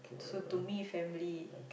so to me family